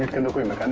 and